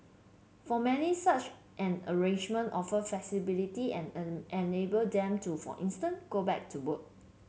for many such an arrangement offer flexibility and an enable them to for instance go back to work